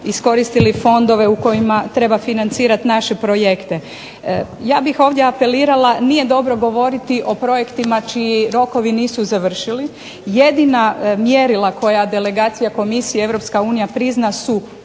iskoristili fondove u kojima treba financirati naše projekte. Ja bih ovdje apelirala nije dobro govoriti o projektima čiji rokovi nisu završili, jedina mjerila koja delegacija Komisije Europska